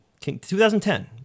2010